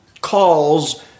calls